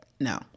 No